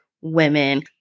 women